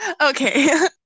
okay